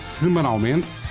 semanalmente